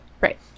Right